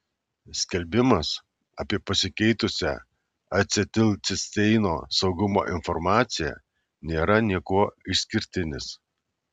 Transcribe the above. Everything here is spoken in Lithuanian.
skelbimas apie pasikeitusią acetilcisteino saugumo informaciją nėra niekuo išskirtinis